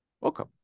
Welcome